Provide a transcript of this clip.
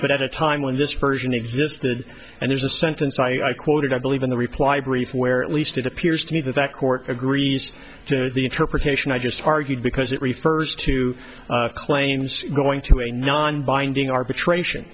but at a time when this version existed and there's a sentence i quoted i believe in the reply brief where at least it appears to me that that court agrees to the interpretation i just target because it refers to claims going to a non binding arbitration